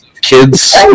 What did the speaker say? Kids